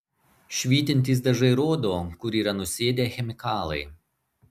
švytintys dažai rodo kur yra nusėdę chemikalai